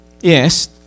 Yes